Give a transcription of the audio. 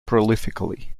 prolifically